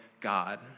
God